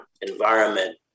environment